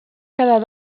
quedar